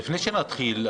לפני שנתחיל,